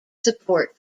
support